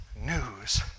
news